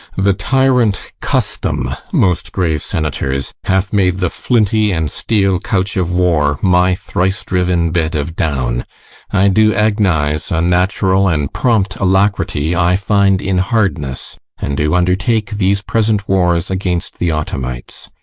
the tyrant custom, most grave senators, hath made the flinty and steel couch of war my thrice-driven bed of down i do agnize a natural and prompt alacrity i find in hardness and do undertake these present wars against the ottomites.